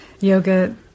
yoga